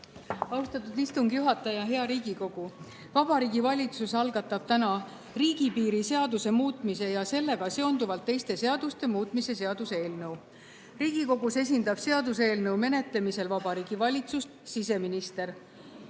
Austatud istungi juhataja! Hea Riigikogu! Vabariigi Valitsus algatab täna riigipiiri seaduse muutmise ja sellega seonduvalt teiste seaduste muutmise seaduse eelnõu. Riigikogus esindab seaduseelnõu menetlemisel Vabariigi Valitsust siseminister.